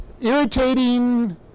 irritating